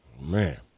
Man